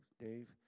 Dave